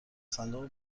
صندوق